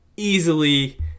easily